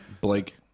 Blake